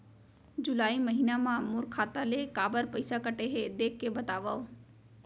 जुलाई महीना मा मोर खाता ले काबर पइसा कटे हे, देख के बतावव?